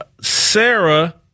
sarah